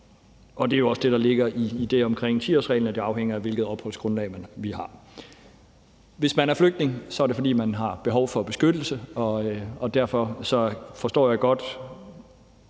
Det er også det, der ligger i det omkring 10-årsreglen, nemlig at det afhænger af, hvilket opholdsgrundlag vi har. Hvis man er flygtning, er det, fordi man har behov for beskyttelse, og derfor forstår jeg godt